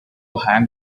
hang